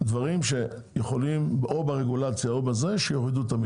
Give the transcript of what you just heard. דברים שיכולים או ברגולציה או בזה שיורידו את המחיר.